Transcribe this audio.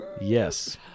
Yes